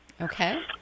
Okay